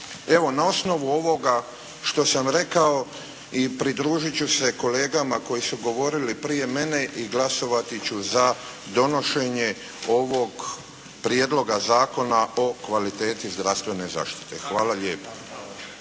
Evo na osnovu ovoga što sam rekao i pridružit ću se kolegama koji su govorili prije mene i glasovati ću za donošenje ovog Prijedloga Zakona o kvaliteti zdravstvene zaštite. Hvala lijepo.